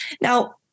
Now